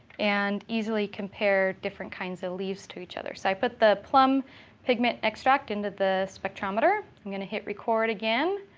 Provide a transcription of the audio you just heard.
and easily compare different kinds of leaves to each other. so i put the plum pigment extract into the spectrometer. i'm going to hit record again.